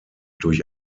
durch